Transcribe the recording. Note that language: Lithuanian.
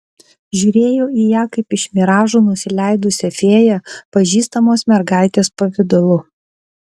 žiūrėjo į ją kaip iš miražų nusileidusią fėją pažįstamos mergaitės pavidalu